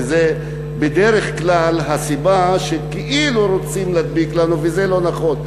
וזו בדרך כלל הסיבה שכאילו רוצים להדביק לנו וזה לא נכון,